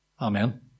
amen